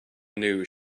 news